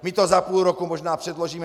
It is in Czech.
My to za půl roku možná předložíme.